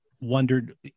wondered